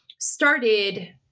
started